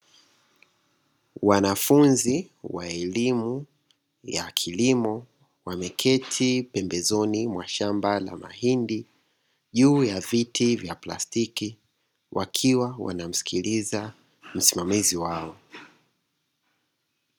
Wanafunzi wa elimu ya kilimo, wameketi pembezoni mwa shamba la mahindi, juu ya viti vya plastiki wakiwa wanamsikiliza msimamizi wao.